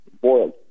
boiled